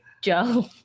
Joe